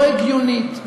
לא הגיונית,